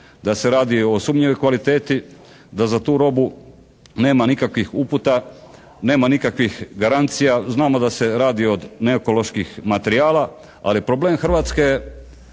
da se radi o sumnjivoj kvaliteti, da za tu robu nema nikakvih uputa, nema nikakvih garancija, znamo da se radi od neokoloških materijala, ali problem Hrvatske je,